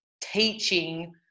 teaching